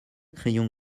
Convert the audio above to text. crayon